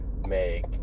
Make